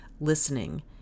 listening